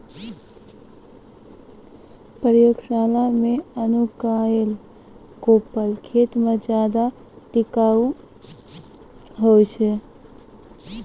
प्रयोगशाला मे अंकुराएल कोपल खेत मे ज्यादा टिकाऊ हुवै छै